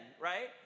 right